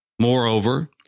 Moreover